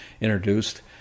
introduced